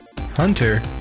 Hunter